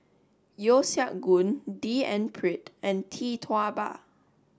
Yeo Siak Goon D N Pritt and Tee Tua Ba